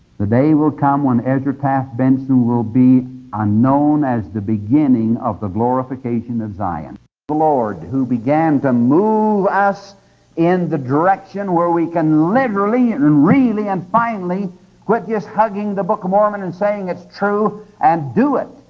the day will come when ezra taft benson will be ah known as the beginning of the glorification of zion the lord who began to move us in the direction where we can literally and really and finally quit just hugging the book of mormon and saying it's true, and do it!